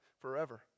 forever